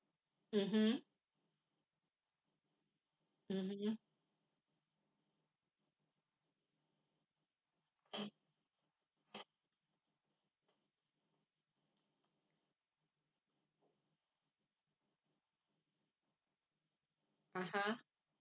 mmhmm mmhmm (uh huh)